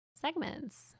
segments